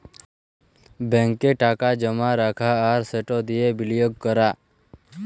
ব্যাংকে টাকা জমা রাখা আর সেট দিঁয়ে বিলিয়গ ক্যরা